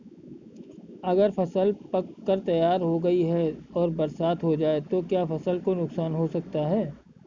अगर फसल पक कर तैयार हो गई है और बरसात हो जाए तो क्या फसल को नुकसान हो सकता है?